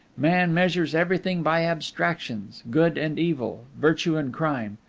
man measures everything by abstractions good and evil, virtue and crime.